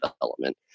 development